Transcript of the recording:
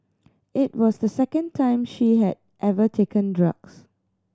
it was the second time she had ever taken drugs